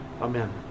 Amen